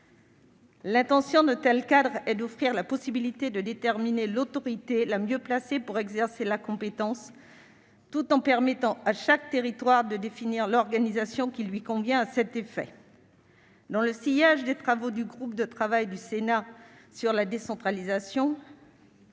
L'intérêt d'un tel cadre est d'offrir la possibilité de déterminer l'autorité la mieux placée pour exercer la compétence, tout en permettant à chaque territoire de définir l'organisation qui lui convient à cet effet. Dans le sillage des travaux du groupe de travail du Sénat sur la décentralisation,